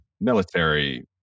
military